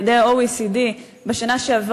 לפי דוח שנעשה על-ידי ה-OECD בשנה שעברה,